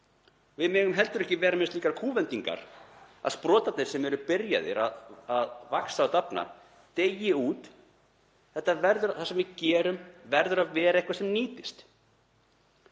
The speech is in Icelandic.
Við megum heldur ekki vera með slíkar kúvendingar að sprotarnir sem eru byrjaðir að vaxa og dafna deyi út. Það sem við gerum verður að vera eitthvað sem nýtist.